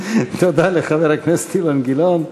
תודה לחבר הכנסת אילן גילאון.